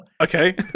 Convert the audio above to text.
okay